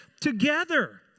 together